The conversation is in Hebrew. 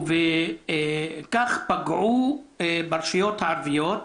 ובכף פגעו ברשויות הערביות.